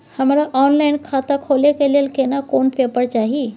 हमरा ऑनलाइन खाता खोले के लेल केना कोन पेपर चाही?